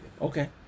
Okay